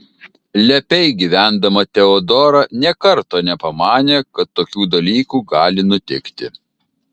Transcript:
lepiai gyvendama teodora nė karto nepamanė kad tokių dalykų gali nutikti